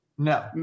No